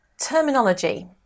Terminology